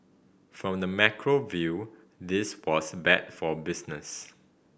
from the macro view this was bad for business